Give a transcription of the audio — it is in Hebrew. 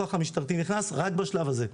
הכוח המשטרתי נכנס רק בשלב הזה.